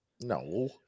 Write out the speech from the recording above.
No